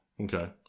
Okay